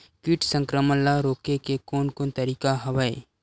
कीट संक्रमण ल रोके के कोन कोन तरीका हवय?